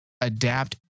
adapt